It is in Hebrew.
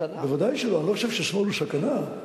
אני לא חושב ששמאל הוא סכנה,